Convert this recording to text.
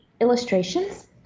illustrations